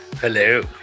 hello